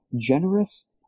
generous